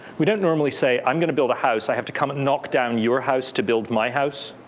we don't normally say, i'm going to build a house. i have to come knock down your house to build my house.